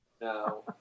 No